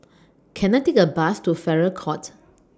Can I Take A Bus to Farrer Court